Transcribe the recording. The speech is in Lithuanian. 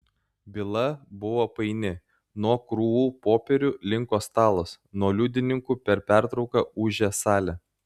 byla buvo paini nuo krūvų popierių linko stalas nuo liudininkų per pertrauką ūžė salė